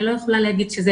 אני לא יכולה להגיד שזה